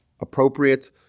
appropriate